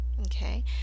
okay